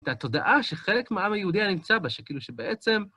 את התודעה שחלק מהעם היהודי הנמצא בה, שכאילו שבעצם...